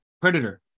Predator